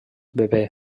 bebè